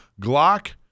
Glock